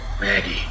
Maggie